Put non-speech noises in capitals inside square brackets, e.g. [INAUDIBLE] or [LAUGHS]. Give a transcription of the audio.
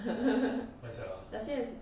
[LAUGHS] does he has